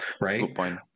Right